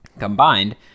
combined